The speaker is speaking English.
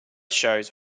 shows